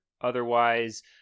Otherwise